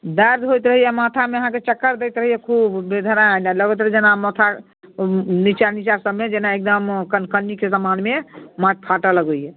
दर्द होइत रहैया माथामे अहाँके चक्कर दैत रहैया खूब बेधराए लगैत रहै छै जेना माथा नीचाँ नीचाँ सभमे जेना एकदम कनकनिके समानमे माथ फाटऽ लगैया